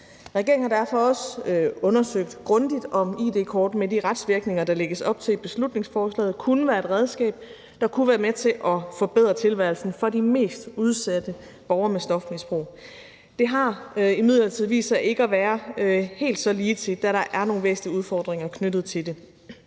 Regeringen har derfor også undersøgt grundigt, om id-kort med de retsvirkninger, der lægges op til i beslutningsforslaget, kunne være et redskab, der kunne være med til at forbedre tilværelsen for de mest udsatte borgere med stofmisbrug. Det har imidlertid vist sig ikke at være helt så ligetil, da der er nogle væsentlige udfordringer knyttet til det.